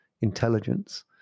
intelligence